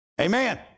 Amen